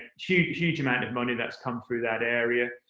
huge huge amount of money that's come through that area.